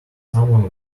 someone